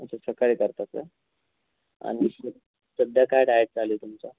अच्छा सकाळी करता का आणि सध्या काय डायट चालू आहे तुमचा